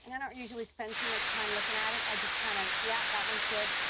i don't usually spend too much time looking at it. i just kind of yeah, that one's good.